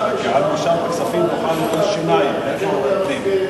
להצביע, ויש הצעות אחרות, ועדת הפנים.